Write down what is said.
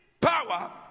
power